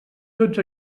tots